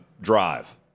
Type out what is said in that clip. drive